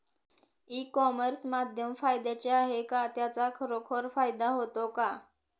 E commerce माध्यम फायद्याचे आहे का? त्याचा खरोखर फायदा होतो का?